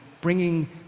bringing